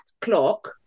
clock